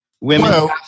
Women